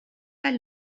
pas